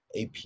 AP